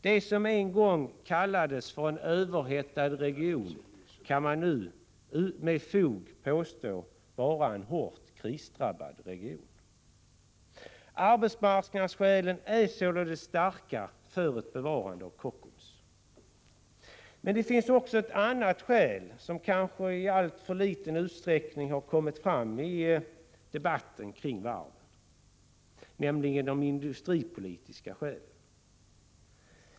Det som en gång kallades för en överhettad region kan man nu med fog påstå vara en hårt krisdrabbad region. Arbetsmarknadsskälen är således starka för ett bevarande av Kockums. Men det finns också ett annat skäl som kanske i alltför liten utsträckning har kommit fram i debatten kring varven, nämligen det industripolitiska skälet.